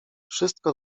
wszystko